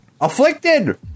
afflicted